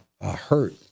hurt